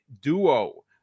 duo